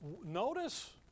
Notice